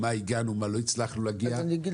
במה הצלחנו ובמה לא הצלחנו --- אני אגיד